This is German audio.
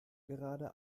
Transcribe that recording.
gerade